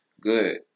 Good